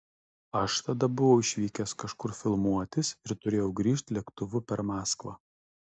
aš tada buvau išvykęs kažkur filmuotis ir turėjau grįžt lėktuvu per maskvą